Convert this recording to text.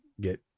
get